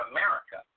America